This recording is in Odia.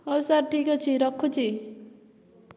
ହେଉ ସାର୍ ଠିକ୍ଅଛି ରଖୁଛି